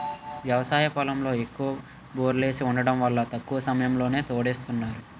వ్యవసాయ పొలంలో ఎక్కువ బోర్లేసి వుండటం వల్ల తక్కువ సమయంలోనే తోడేస్తున్నారు